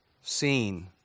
seen